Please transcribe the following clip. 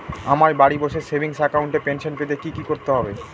আমায় বাড়ি বসে সেভিংস অ্যাকাউন্টে পেনশন পেতে কি কি করতে হবে?